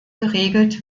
geregelt